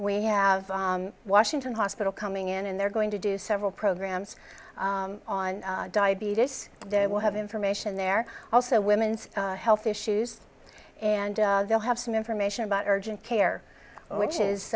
we have washington hospital coming in and they're going to do several programs on diabetes they will have information there also women's health issues and they'll have some information about urgent care which is